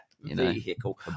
vehicle